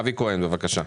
אבי כהן, בבקשה.